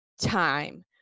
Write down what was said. time